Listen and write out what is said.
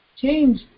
Change